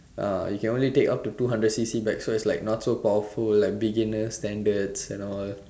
ah you can only take up to two hundred C_C back it's like not so powerful like beginner standards and all